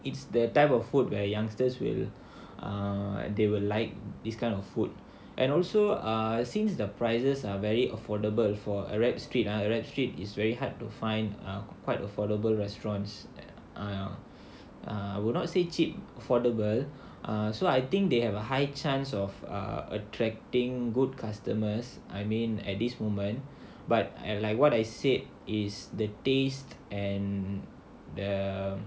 it's the type of food where youngsters will err they will like this kind of food and also err since the prices are very affordable for arab street arab street is very hard to find a quite affordable restaurants err err will not say cheap affordable ah so I think they have a high chance of err attracting good customers I mean at this moment but and like what I said is the taste and the